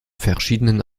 verschiedenen